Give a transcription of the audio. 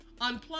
unplug